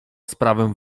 sprawę